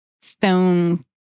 stone